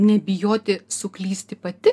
nebijoti suklysti pati